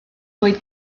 dweud